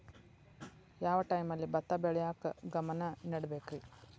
ಯಾವ್ ಟೈಮಲ್ಲಿ ಭತ್ತ ಬೆಳಿಯಾಕ ಗಮನ ನೇಡಬೇಕ್ರೇ?